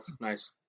nice